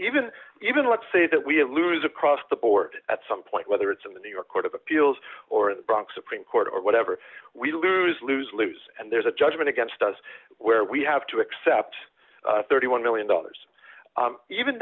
even even let's say that we lose across the board at some point whether it's in the new york court of appeals or the bronx supreme court or whatever we lose lose lose and there's a judgment against us where we have to accept thirty one million dollars even